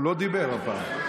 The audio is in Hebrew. הוא לא דיבר הפעם.